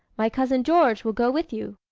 my cousin george will go with you.